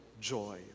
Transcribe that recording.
joy